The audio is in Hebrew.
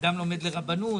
אדם לומד לרבנות,